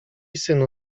synu